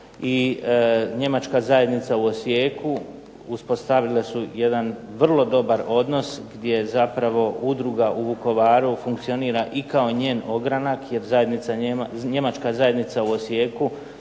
i Njemačka zajednica u Osijeku, uspostavile su jedan vrlo dobar odnos gdje zapravo udruga u Vukovaru funkcionira i kao njen ogranak jer Njemačka zajednica u Osijeku